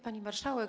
Pani Marszałek!